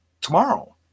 Tomorrow